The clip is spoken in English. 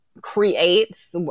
creates